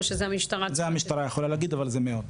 זה המשטרה יכולה להגיד אבל זה מאות.